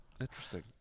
interesting